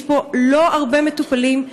יש פה לא הרבה מטופלים,